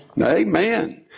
Amen